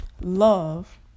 Love